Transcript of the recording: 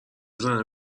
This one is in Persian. زنه